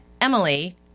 Emily